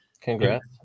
Congrats